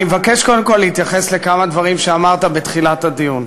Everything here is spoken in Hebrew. אני מבקש קודם כול להתייחס לכמה דברים שאמרת בתחילת הדיון.